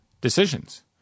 decisions